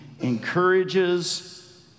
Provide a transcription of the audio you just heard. encourages